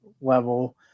level